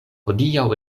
hodiaŭ